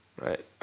Right